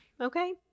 okay